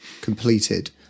completed